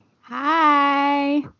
Hi